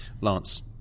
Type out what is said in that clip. lance